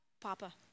Papa